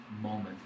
moment